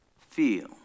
feel